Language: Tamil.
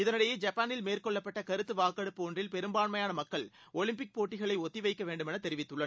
இதனிடையே ஜப்பானில் மேற்கொள்ளப்பட்ட கருத்து வாக்கெடுப்பு ஒன்றில் பெரும்பான்மையான மக்கள் ஒலிம்பிக் போட்டிகளை ஒத்தி வைக்க வேண்டும் என்று தெரிவித்துள்ளனர்